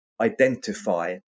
identify